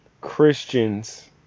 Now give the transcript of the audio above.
Christians